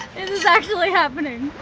is actually happening.